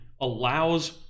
allows